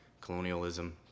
colonialism